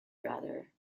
brother